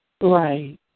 Right